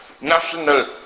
national